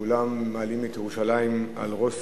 וכולם מעלים את ירושלים על ראש שמחתם,